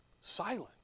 Silent